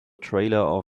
trailer